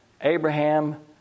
Abraham